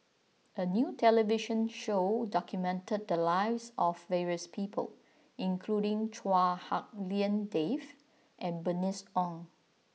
a new television show documented the lives of various people including Chua Hak Lien Dave and Bernice Ong